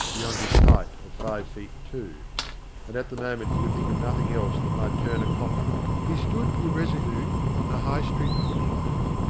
beyond his height of five feet two and at the moment he could think of nothing else that might turn a copper. he stood irresolute on the high street footway,